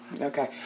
Okay